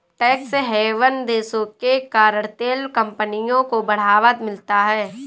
tax haven देशों के कारण तेल कंपनियों को बढ़ावा मिलता है